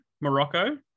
Morocco